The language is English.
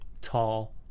tall